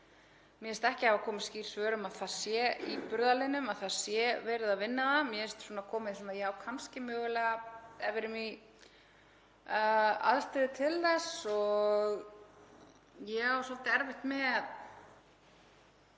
Mér finnst ekki hafa komið skýr svör um að það sé í burðarliðnum, að það sé verið að vinna það. Mér finnst hafa komið svona: Já, kannski, mögulega ef við erum í aðstöðu til þess. Ég á svolítið erfitt með